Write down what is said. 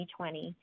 2020